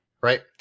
Right